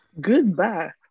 Goodbye